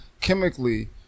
chemically